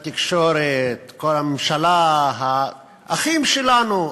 בתקשורת, בממשלה: "אחים שלנו",